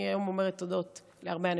היום אני אומרת תודות להרבה אנשים.